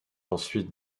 ensuite